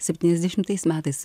septyniasdešimtais metais